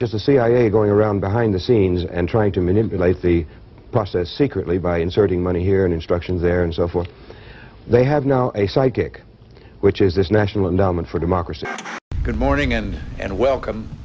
there's the cia going around behind the scenes and trying to manipulate the process secretly by inserting money here and instructions there and so forth they have now a psychic which is this national endowment for democracy good morning and and welcome